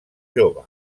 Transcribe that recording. jove